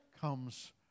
comes